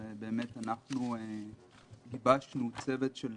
אנחנו גיבשנו תוכנית, צוות של